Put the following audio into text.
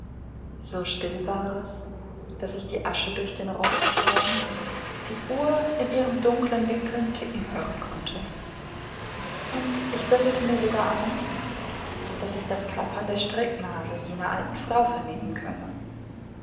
so still war es daß ich die asche durch den rost fallen die uhr in ihrem dunklen winkel ticken hören konnte und ich bildete mir sogar ein daß ich das klappern der stricknadeln jener alten frau vernehmen könne